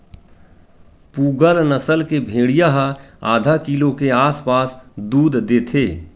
पूगल नसल के भेड़िया ह आधा किलो के आसपास दूद देथे